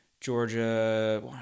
Georgia